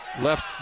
left